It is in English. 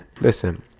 Listen